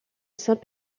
saint